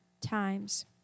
times